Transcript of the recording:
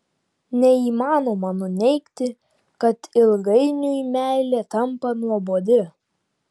neįmanoma nuneigti kad ilgainiui meilė tampa nuobodi